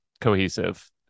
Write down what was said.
cohesive